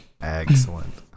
Excellent